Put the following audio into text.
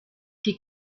die